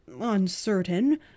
uncertain